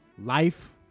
life